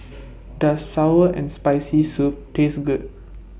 Does Sour and Spicy Soup Taste Good